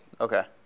Okay